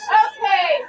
okay